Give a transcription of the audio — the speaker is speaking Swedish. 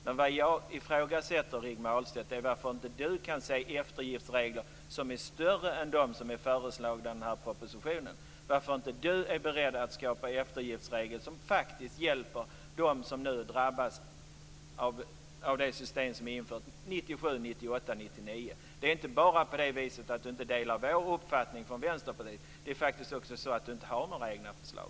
Det som jag ifrågasätter är varför Rigmor Ahlsltedt inte kan se eftergiftsregler som är mer omfattande än dem som är föreslagna i den här propositionen och varför hon inte är beredd att skapa eftergiftsregler som faktiskt hjälper dem som nu drabbas av det system som infördes 1997, 1998 och 1999. Det är inte bara på det sättet att Rigmor Ahlstedt inte delar Vänsterpartiets uppfattning. Det är faktiskt också på det sättet att Rigmor Ahlstedt inte har några egna förslag.